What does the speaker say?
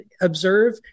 observe